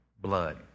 blood